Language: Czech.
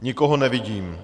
Nikoho nevidím.